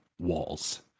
walls